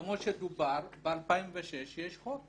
כמו שדובר, ב-2006 יש חוק